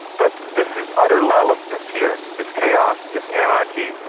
but this is utter lawlessness here it's chaos, it's anarchy,